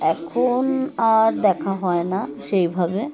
এখন আর দেখা হয় না সেইভাবে